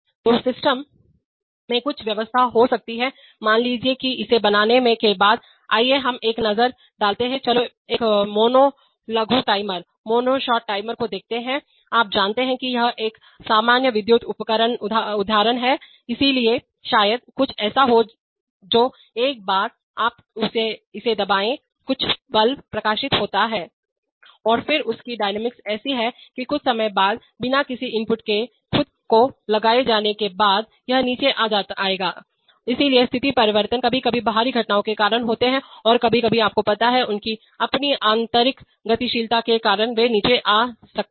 तो सिस्टम में कुछ व्यवस्था हो सकती है मान लीजिए कि इसे बनाने के बाद आइए हम एक पर नजर डालते हैं चलो एक मोनो लघु टाइमरमोनोशॉट टाइमरको देखते हैं आप जानते हैं कि वह एक सामान्य विद्युत उदाहरण है इसलिए शायद कुछ ऐसा हो जो एक बार आप इसे दबाएं कुछ बल्ब प्रकाशित होता है और फिर इसकी डायनामिक्स ऐसी होती है कि कुछ समय बाद बिना किसी इनपुट के खुद को लगाए जाने के बाद यह नीचे आ जाएगा इसलिए स्थिति परिवर्तन कभी कभी बाहरी घटनाओं के कारण होते हैं और कभी कभी आपको पता हैउनकी अपनी आंतरिक गतिशीलता के कारण वे नीचे आ सकते हैं